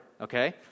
okay